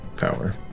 power